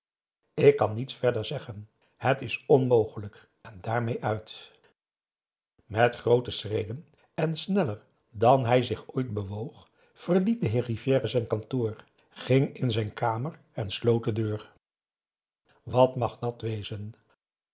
ik kan niets verder zeggen het is onmogelijk en daarmee uit p a daum hoe hij raad van indië werd onder ps maurits met groote schreden en sneller dan hij zich ooit bewoog verliet de heer rivière zijn kantoor ging in zijn kamer en sloot de deur wat mag dat wezen